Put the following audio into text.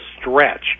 stretch